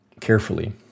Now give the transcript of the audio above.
carefully